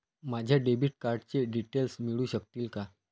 माझ्या डेबिट कार्डचे डिटेल्स मिळू शकतील का?